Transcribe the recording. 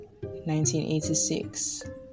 1986